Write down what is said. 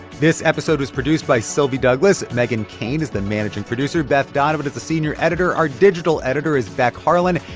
this episode was produced by sylvie douglis. meghan keane is the managing producer. beth donovan is the senior editor. our digital editor is beck harlan.